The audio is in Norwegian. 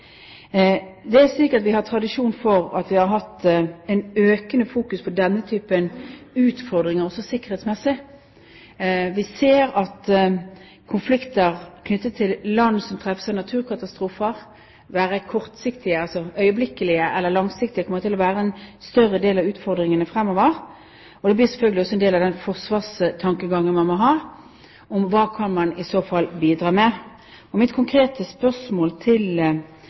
Vi har tradisjon for å ha en økende fokusering på denne typen utfordringer, også sikkerhetsmessig. Vi ser at konflikter knyttet til land som treffes av naturkatastrofer, det være seg kortsiktige – altså øyeblikkelige – eller langsiktige, kommer til å være en større del av utfordringene fremover. Det blir selvfølgelig også en del av den forsvarstankegangen man må ha om hva man i så fall kan bidra med. Mitt konkrete spørsmål til